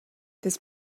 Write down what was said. this